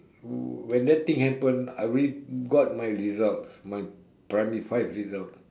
when that thing happen I already got my results my primary five results